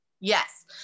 Yes